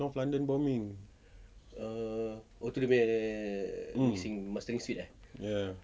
north london bombing mm ya